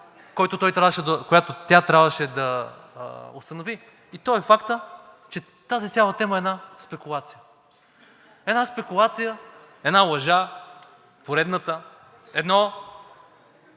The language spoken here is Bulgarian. който тя трябваше да установи, и това е фактът, че тази цялата тема е една спекулация. Една спекулация, една лъжа, поредната, едно